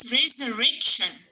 resurrection